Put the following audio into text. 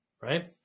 Right